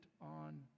on